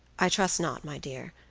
i trust not, my dear,